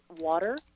water